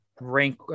Rank